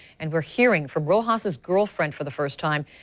and we're hearing from rojas' girlfriend for the first time.